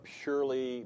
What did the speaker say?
purely